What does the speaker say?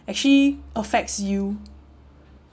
actually affects you